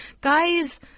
guys